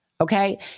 Okay